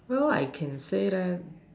well I can say that